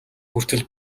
хүртэл